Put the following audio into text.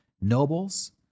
nobles